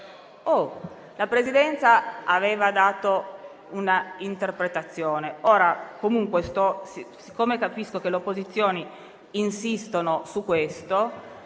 La Presidenza aveva dato una interpretazione. Siccome capisco che le opposizioni insistono su questo,